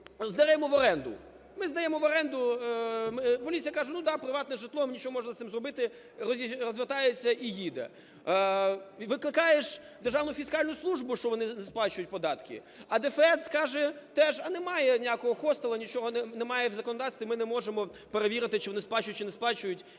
здаємо в оренду". Поліція каже: "Ну, да, приватне житло, ми нічого не можемо із цим зробити". Розвертається і їде. Викликаєш Державну фіскальну службу, що вони сплачують податки. А ДФС каже теж: "А немає ніякого хостелу, нічого немає в законодавстві, ми не можемо перевірити, чи вони сплачують, чи не сплачують,